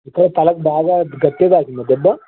అయితే తలకు బాగా గట్టిగా తాకిందా దెబ్బ